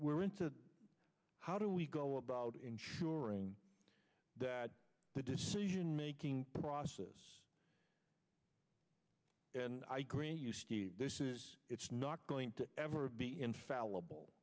we're going to how do we go about ensuring that the decision making process and i grant you see this is it's not going to ever be infallible